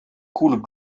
coule